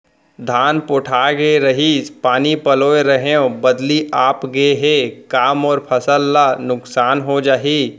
धान पोठागे रहीस, पानी पलोय रहेंव, बदली आप गे हे, का मोर फसल ल नुकसान हो जाही?